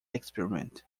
experiment